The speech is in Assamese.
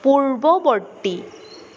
পূৰ্বৱৰ্তী